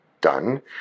done